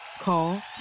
Call